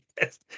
Yes